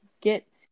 get